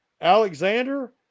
Alexander –